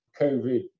COVID